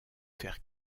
faire